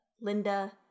Linda